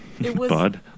Bud